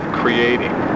creating